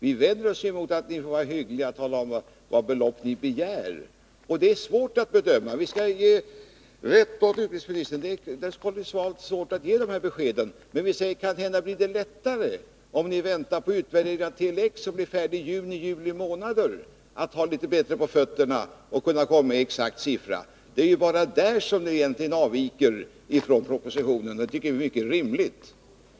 Vi vänder oss emot detta och säger att ni får vara hyggliga och tala om vilket belopp ni begär. Det är svårt att bedöma — vi skall ge rätt åt utbildningsministern, att det är svårt att ge de här beskeden. Men vi säger: Kanhända blir det lättare, om ni väntar på utvärderingen av Tele-X, som blir färdig i juni-juli. Då kanske ni kan ha litet bättre på fötterna och komma med en exakt siffra. Det är egentligen bara på den punkten som vi avviker från propositionen, och det tycker vi är mycket rimligt.